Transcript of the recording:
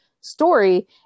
story